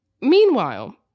Meanwhile